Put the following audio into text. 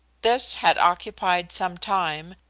this had occupied some time,